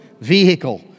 vehicle